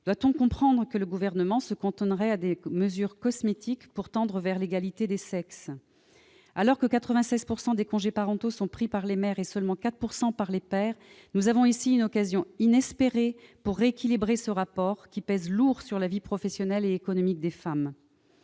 Doit-on comprendre que le Gouvernement se cantonnerait à des mesures cosmétiques pour tendre vers l'égalité des sexes ? Alors que 96 % des congés parentaux sont pris par les mères et seulement 4 % par les pères, nous avons ici une occasion inespérée pour rééquilibrer ce rapport, qui pèse lourdement sur la vie professionnelle et économique des femmes.